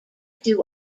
too